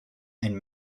and